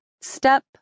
Step